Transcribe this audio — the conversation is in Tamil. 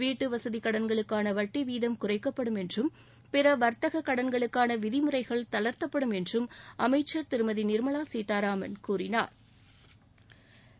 வீட்டுவசதி கடன்களுக்கான வட்டி வீதம் குறைக்கப்படும் என்றும் பிற வர்த்தக கடன்களுக்கான விதிமுறைகள் தளா்த்தப்படும் என்றும் அமைச்சா் திருமதி நிாமலா சீதாராமன் கூறினாா்